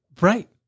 Right